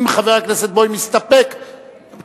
אם חבר הכנסת בוים מסתפק, כן.